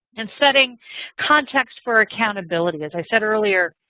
and setting context for accountability. as i said earlier,